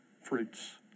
fruits